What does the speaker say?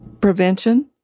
prevention